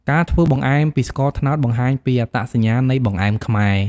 ការធ្វើបង្អែមពីស្ករត្នោតបង្ហាញពីអត្តសញ្ញាណនៃបង្អែមខ្មែរ។